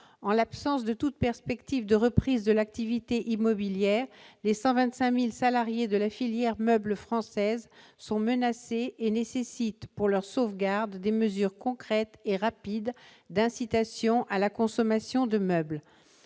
en l'absence de toute perspective de reprise de l'activité immobilière, les 125000 salariés de la filière meuble françaises sont menacés et nécessitent pour leur sauvegarde des mesures concrètes et rapides d'incitation à la consommation de meubles